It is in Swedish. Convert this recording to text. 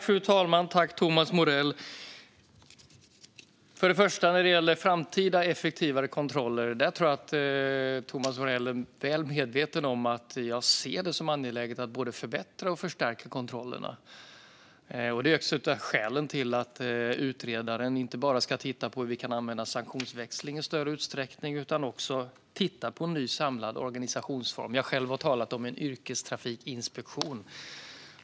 Fru talman! När det till att börja med gäller framtida effektivare kontroller tror jag att Thomas Morell är väl medveten om att jag ser det som angeläget att både förbättra och förstärka kontrollerna. Det är också ett av skälen till att utredaren ska titta på inte bara hur vi kan använda sanktionsväxling i större utsträckning utan också på en ny, samlad organisationsform. Jag har själv talat om en yrkestrafikinspektion.